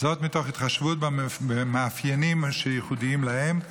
מתוך התחשבות במאפיינים שייחודיים להם,